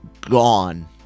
gone